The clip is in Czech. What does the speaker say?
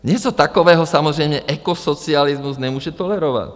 Něco takového samozřejmě ekosocialismus nemůže tolerovat.